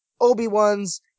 Obi-Wan's